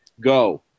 Go